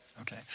okay